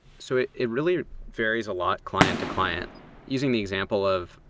so it it really varies a lot client to client using the example of,